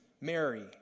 Mary